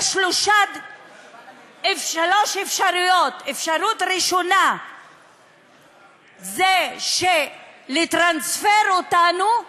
יש שלוש אפשרויות: אפשרות ראשונה זה לטרנספר אותנו,